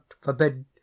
forbid